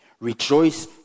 Rejoice